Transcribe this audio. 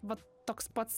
va toks pats